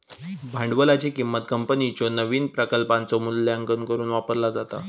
भांडवलाची किंमत कंपनीच्यो नवीन प्रकल्पांचो मूल्यांकन करुक वापरला जाता